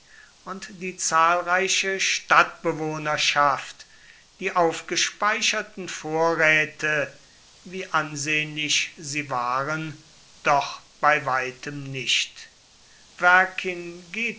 und die zahlreiche stadtbewohnerschaft die aufgespeicherten vorräte wie ansehnlich sie waren doch bei weitem nicht